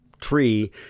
tree